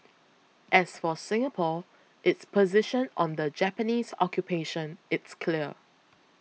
as for Singapore its position on the Japanese occupation is clear